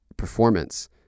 performance